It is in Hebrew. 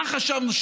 מה חשבנו?